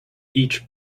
each